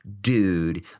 dude